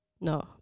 No